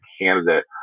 candidate